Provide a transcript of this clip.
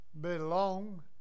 belong